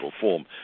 form